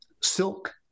silk